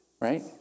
Right